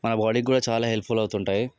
మన బాడీకి కూడా చాలా హెల్ప్ఫుల్ అవుతు ఉంటాయి